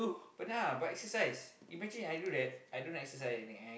pernah but exercise imagine I do that I don't exercise anything and